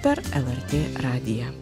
per lrt radiją